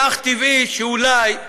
היה אך טבעי שאולי,